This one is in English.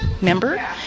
member